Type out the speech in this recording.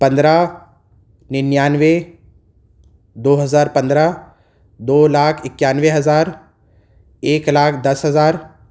پندرہ ننانوے دو ہزار پندرہ دو لاکھ اکیانوے ہزار ایک لاکھ دس ہزار